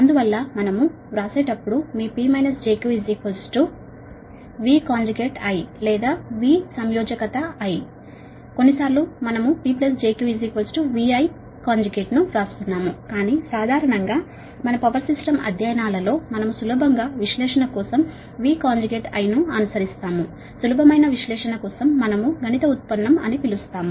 అందువల్ల మనము వ్రాసేటప్పుడు మీ P j Q V I లేదా కొన్నిసార్లు మనము P j Q VI ను వ్రాస్తున్నాము కాని సాధారణంగా మన పవర్ సిస్టమ్ అధ్యయనాలలో మనము సులభంగా విశ్లేషణ కోసం V I ను అనుసరిస్తాము సులభమైన విశ్లేషణ కోసం మనము గణిత ఉత్పన్నం అని పిలుస్తాము